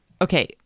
Okay